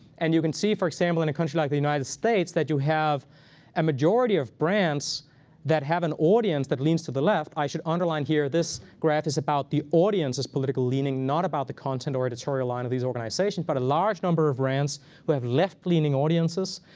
and you can see, for example, in a country like the united states, that you have a majority of brands that have an audience that leans to the left. i should underline here, this graph is about the audience's political leaning, not about the content or editorial line of these organizations. but a large number of brands who have left-leaning audiences,